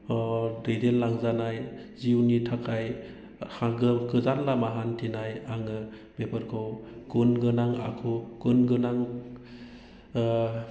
दैदेनलांजानाय जिउनि थाखाय गोजान लामा हान्थिनाय आङो बेफोरखौ गुन गोनां आखु गुन गोनां